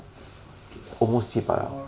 fucking whore